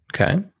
Okay